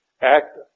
act